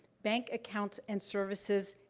bank accounts and services,